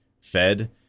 fed